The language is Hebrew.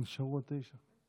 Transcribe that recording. נשארו עוד תשע.